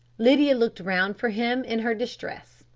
lydia looked round for him in her distress,